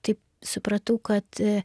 taip supratau kad